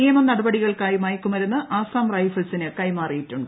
നിയമ നടപടികൾക്കായി മയക്കുമരുന്ന് ആസ്സാം റൈഫിൾസിന് കൈമാറിയിട്ടുണ്ട്